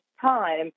time